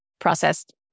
processed